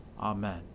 Amen